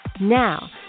Now